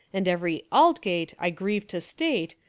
and every aldgate, i grieve to state,